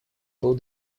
был